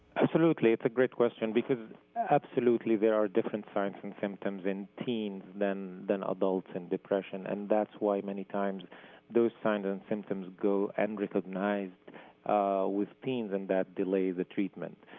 absolutely, it's a great question because absolutely there are different signs and symptoms in teens than than adults in depression and that's why many times those signs and symptoms go unrecognized with teens and that delays the treatment.